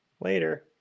Later